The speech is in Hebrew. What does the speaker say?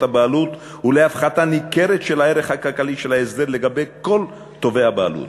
הבעלות ולהפחתה ניכרת של הערך הכלכלי של ההסדר לגבי כל תובע בעלות,